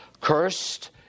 Cursed